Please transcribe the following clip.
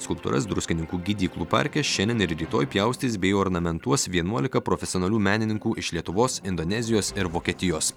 skulptūras druskininkų gydyklų parke šiandien ir rytoj pjaustys bei ornamentuos vienuolika profesionalių menininkų iš lietuvos indonezijos ir vokietijos